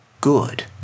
good